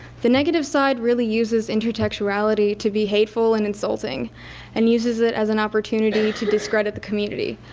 the negative side really uses intertextuality to be hateful and insulting and uses it as an opportunity to discredit the community.